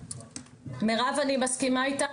מירב, אני מסכימה איתך.